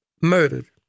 murdered